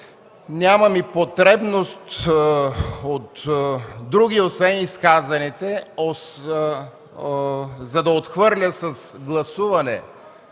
нямам и потребност от други, освен изказаните, за да отхвърля с гласуване